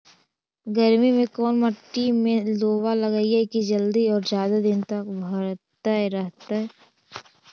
गर्मी में कोन मट्टी में लोबा लगियै कि जल्दी और जादे दिन तक भरतै रहतै?